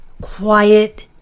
quiet